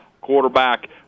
quarterback